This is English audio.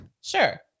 Sure